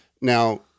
now